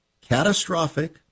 catastrophic